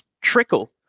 trickle